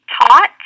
taught